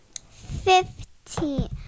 Fifteen